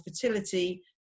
fertility